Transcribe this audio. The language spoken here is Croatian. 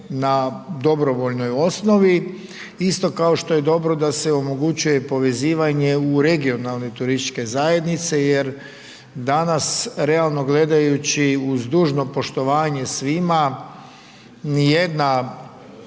na dobrovoljnoj osnovi isto kao što je i dobro da se omogućuje povezivanje u regionalne turističke zajednice jer danas realno gledajući uz dužno poštovanje svima ni jedna